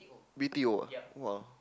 B_T_O